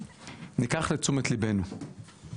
ניקח לתשומת ליבנו.